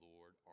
Lord